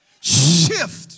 Shift